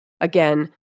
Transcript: again